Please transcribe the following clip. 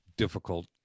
difficult